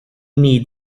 need